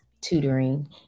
tutoring